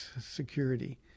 security